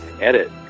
edit